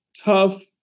tough